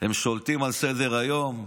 הם שולטים על סדר-היום,